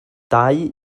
dau